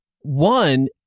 One